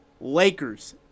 Lakers